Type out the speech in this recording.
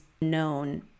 known